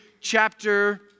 chapter